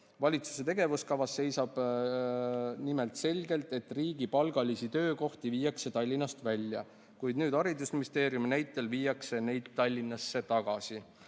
Valitsuse tegevuskavas seisab nimelt selgelt, et riigipalgalisi töökohti viiakse Tallinnast välja, kuid nüüd haridusministeeriumi näitel viiakse neid Tallinnasse tagasi.